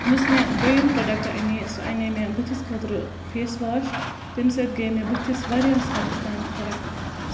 یُس مےٚ دٔیِم پروڈَکٹ اَنے سُہ اَنے مےٚ بٔتھِس خٲطرٕ فیس واش تَمہِ سۭتۍ گٔے مےٚ بٔتھِس واریاہَس حَدَس تانۍ فرق